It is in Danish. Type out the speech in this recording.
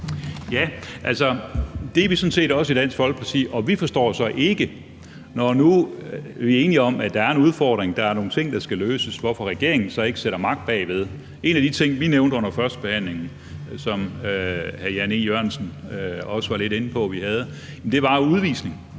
Ja, det er vi sådan set også i Dansk Folkeparti, og vi forstår jo så ikke – når nu vi er enige om, at der er en udfordring, at der er nogle ting, der skal løses – hvorfor regeringen ikke sætter magt bagved. En af de ting, vi nævnte under førstebehandlingen, som hr. Jan E. Jørgensen også var lidt inde på, var det med udvisning.